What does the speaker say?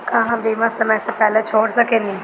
का हम बीमा समय से पहले छोड़वा सकेनी?